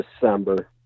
December